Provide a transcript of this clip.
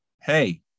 hey